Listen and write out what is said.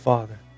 Father